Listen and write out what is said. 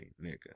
Nigga